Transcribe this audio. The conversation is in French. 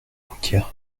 routière